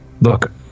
Look